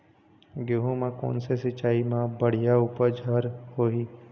गेहूं म कोन से सिचाई म बड़िया उपज हर होही?